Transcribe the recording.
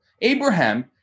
Abraham